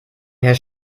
herr